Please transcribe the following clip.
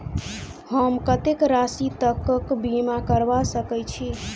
हम कत्तेक राशि तकक बीमा करबा सकै छी?